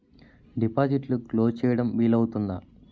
డిపాజిట్లు క్లోజ్ చేయడం వీలు అవుతుందా?